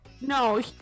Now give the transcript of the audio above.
No